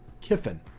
Kiffin